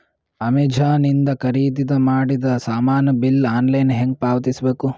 Amazon ಇಂದ ಖರೀದಿದ ಮಾಡಿದ ಸಾಮಾನ ಬಿಲ್ ಆನ್ಲೈನ್ ಹೆಂಗ್ ಪಾವತಿಸ ಬೇಕು?